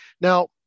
Now